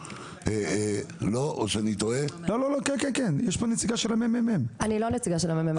אני לא נציגה של מרכז המחקר והמידע,